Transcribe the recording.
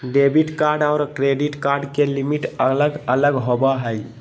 debit card आर credit card के limit अलग अलग होवो हय